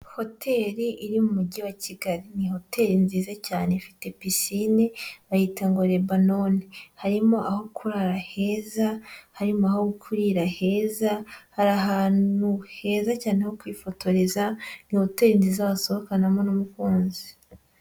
Hoteli iri mu Mujyi wa Kigali ni hoteli nziza cyane ifite pisine, bayitan ngo Rebanone, harimo aho kurara heza, harimo aho kurira heza, hari ahantu heza cyane ho kwifotoreza, ni hoteli wasohokanamo n'umukunzi.